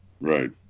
Right